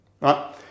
right